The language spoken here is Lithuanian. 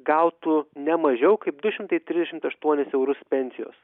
gautų ne mažiau kaip du šimtai trisdešimt aštuonis eurus pensijos